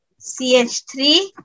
CH3